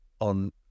on